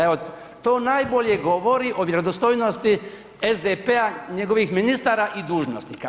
Evo to najbolje govori o vjerodostojnosti SDP-a, njegovih ministara i dužnosnika.